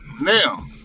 now